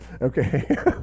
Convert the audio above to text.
Okay